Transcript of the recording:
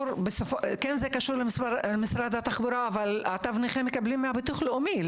מקבלים תו נכה ממשרד התחבורה, לא מביטוח לאומי.